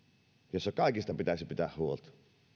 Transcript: jossa kaikista pitäisi pitää huolta